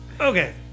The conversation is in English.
Okay